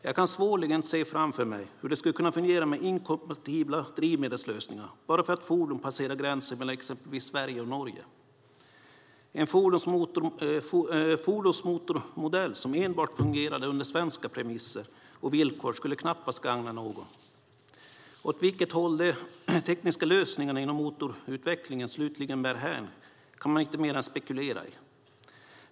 Jag kan svårligen se framför mig hur det skulle kunna fungera med inkompatibla drivmedelslösningar bara för att fordon passerar gränsen mellan exempelvis Sverige och Norge. En fordonsmotormodell som enbart fungerar under svenska premisser och villkor skulle knappast gagna någon. Åt vilket håll de tekniska lösningarna inom motorutvecklingen slutligen bär hän kan man inte mer än spekulera i.